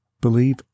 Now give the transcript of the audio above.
Believe